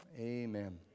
Amen